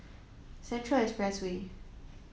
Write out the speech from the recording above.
Central Expressway